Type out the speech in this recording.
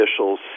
officials